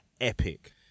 epic